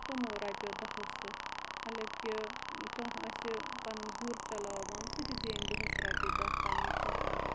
تِمو رۄپیو دَہو سۭتۍ مَطلَب کہ کانٛہہ آسہِ پَنُن گُر چَلاوان سُہ تہِ زینہِ دۄہَس رۄپیہِ دہ پَننہِ